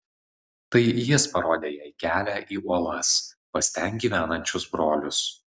tai jis parodė jai kelią į uolas pas ten gyvenančius brolius